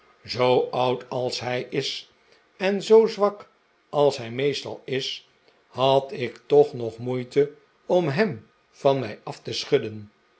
zoo oud als hij is en zoo zwak als hij meestal is had ik toch nog moeite om hem van mij af te schudden